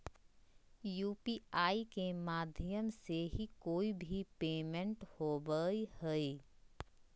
UPI के माध्यम से ही कोय भी पेमेंट होबय हय